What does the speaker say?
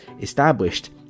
established